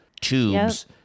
tubes